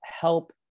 help